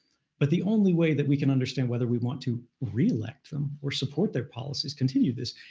but the only way that we can understand whether we want to re-elect them or support their policies, continue this,